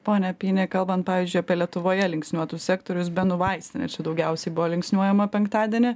pone apini kalbant pavyzdžiui apie lietuvoje linksniuotus sektorius benu vaistinė čia daugiausiai buvo linksniuojama penktadienį